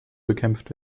bekämpft